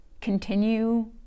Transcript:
continue